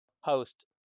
host